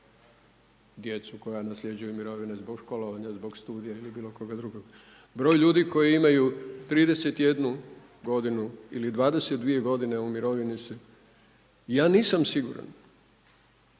djecu koja nasljeđuju mirovine zbog školovanja, zbog studija ili bilo koga drugog, broj ljudi koji imaju 31 godinu ili 22 godine u mirovini su ja nisam siguran